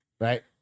Right